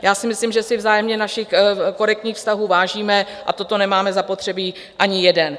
Já si myslím, že si vzájemně našich korektních vztahů vážíme, a toto nemáme zapotřebí ani jeden.